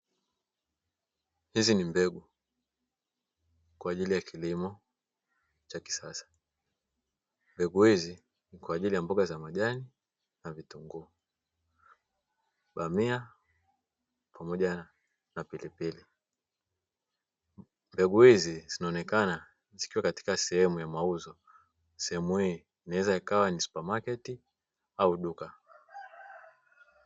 Hizi ni mbegu kwa ajili ya kilimo cha kisasa. Mbegu hizi ni kwa ajili ya mboga za majani na vitunguu, bamia pamoja na pilipili. Mbegu hizi zinaonekana zikiwa katika sehemu ya mauzo. Sehemu hii inaweza ikawa ni supamaketi au duka.